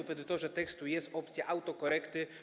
W edytorze tekstu jest opcja autokorekty.